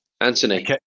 Anthony